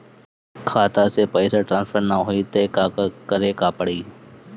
खाता से पैसा टॉसफर ना होई त का करे के पड़ी?